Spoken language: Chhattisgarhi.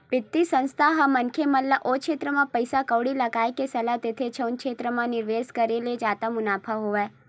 बित्तीय संस्था ह मनखे मन ल ओ छेत्र म पइसा कउड़ी लगाय के सलाह देथे जउन क्षेत्र म निवेस करे ले जादा मुनाफा होवय